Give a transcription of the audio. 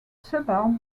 suburb